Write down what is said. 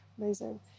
Amazing